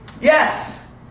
Yes